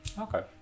Okay